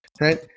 Right